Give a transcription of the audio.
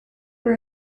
were